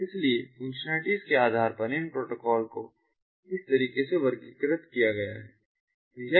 इसलिए फंक्शनैलिटी के आधार पर इन प्रोटोकॉल को इस तरीके से वर्गीकृत किया गया है